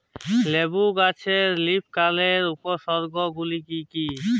লেবু গাছে লীফকার্লের উপসর্গ গুলি কি কী?